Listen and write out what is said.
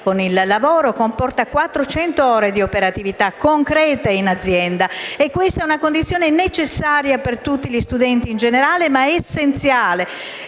il lavoro, comporta quattrocento ore di operatività concreta in azienda. E questa è una condizione necessaria per tutti gli studenti in generale, ma essenziale